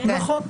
נכון.